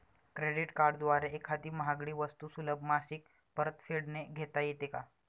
Credit कार्डद्वारे एखादी महागडी वस्तू सुलभ मासिक परतफेडने घेता येते का?